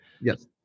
Yes